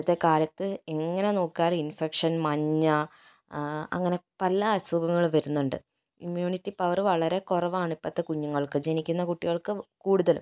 ഇപ്പോഴത്തെക്കാലത്ത് എങ്ങനെ നോക്കിയാലും ഇൻഫെക്ഷൻ മഞ്ഞ അങ്ങനെ പല അസുഖങ്ങളും വരുന്നുണ്ട് ഇമ്മ്യൂണിറ്റി പവറ് വളരെ കുറവാണ് ഇപ്പോഴത്തെ കുഞ്ഞുങ്ങൾക്ക് ജനിക്കുന്ന കുട്ടികൾക്ക് കൂടുതലും